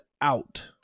Out